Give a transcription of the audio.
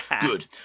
Good